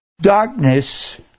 darkness